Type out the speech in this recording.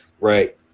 Right